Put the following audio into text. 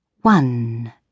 One